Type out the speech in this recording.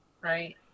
right